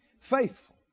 Faithful